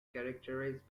characterized